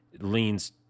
leans